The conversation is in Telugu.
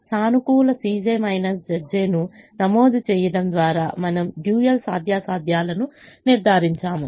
సానుకూల Cj Zj's ను నమోదు చేయడం ద్వారా మనము డ్యూయల్ సాధ్యాసాధ్యాలను నిర్ధారించాము